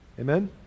Amen